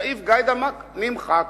סעיף גאידמק נמחק.